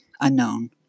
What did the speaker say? Unknown